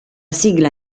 sigla